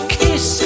kiss